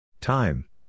Time